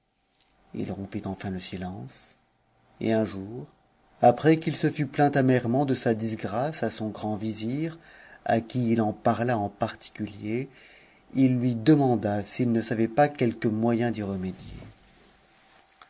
il rompit ensn e silence et un jour après uit se fut plaint amèrement de sa disgrâce à son grand vizir à qui it en mr a en particulier il lui demanda s'il ne savait pas quelque moyen d'y